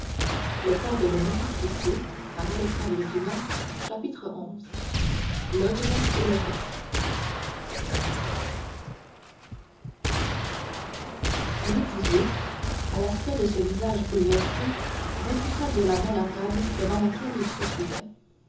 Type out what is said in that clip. de main de m de blacas le retint xi l'ogre de corse louis xviii à l'aspect de ce visage bouleversé repoussa violemment la table devant laquelle il se trouvait